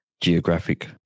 geographic